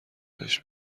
بهش